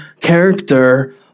character